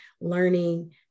learning